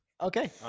Okay